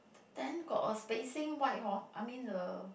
then got a spacing white hor I mean the